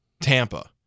Tampa